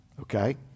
okay